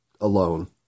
alone